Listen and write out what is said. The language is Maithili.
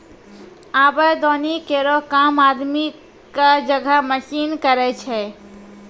आबे दौनी केरो काम आदमी क जगह मसीन करै छै